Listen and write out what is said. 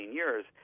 years